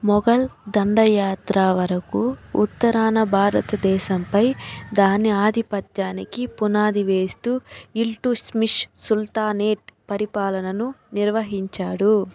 మొఘల్ దండయాత్ర వరకు ఉత్తరాన భారతదేశంపై దాని ఆధిపత్యానికి పునాది వేస్తూ ఇల్టుష్మిష్ సుల్తానేట్ పరిపాలనను నిర్వహించాడు